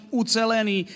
ucelený